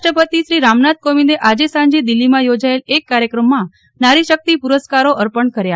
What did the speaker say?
રાષ્ટ્રપતિ રામનાથ કોવિદ આજે સાંજે દિલ્હીમાં યોજાયેલ એક કાર્યક્રમમાં નારી શક્તિ પુરસ્કારો અર્પણ કયા